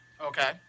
Okay